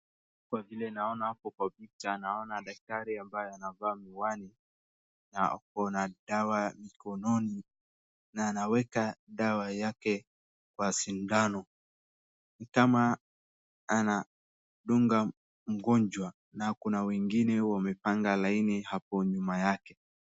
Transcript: Kwa vile naona hapo kwa picha, naona daktari ambaye amevaa miwani, na akona dawa mkononi, na anaweka dawa yake kwa sindano. Ni kama anamdunga mgonjwa, na kuna wengine wamepanga laini, hapo nyuma yake.